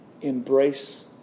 embrace